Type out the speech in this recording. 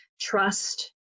Trust